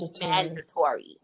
mandatory